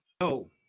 no